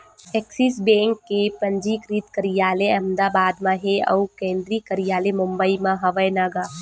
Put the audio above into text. Axis Bank के पंजीकृत कारयालय अहमदाबाद म हे अउ केंद्रीय कारयालय मुबई म हवय न गा